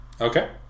Okay